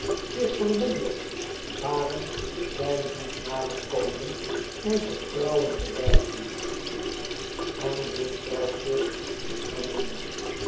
zich verwondert waarom zij niet nader komen en vertrouwen bewijzen en dit zelfzucht in hen noemt